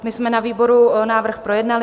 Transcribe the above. My jsme na výboru návrh projednali.